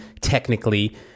technically